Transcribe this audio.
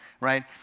right